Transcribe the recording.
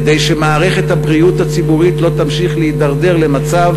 כדי שמערכת הבריאות הציבורית לא תמשיך להידרדר למצב